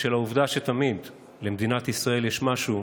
ובשל העובדה שתמיד למדינת ישראל יש משהו